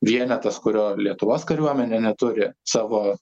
vienetas kurio lietuvos kariuomenė neturi savo